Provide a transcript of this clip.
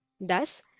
Thus